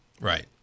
Right